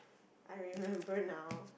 I remember now